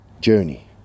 journey